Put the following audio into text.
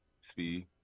Speed